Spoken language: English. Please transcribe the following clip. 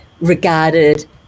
regarded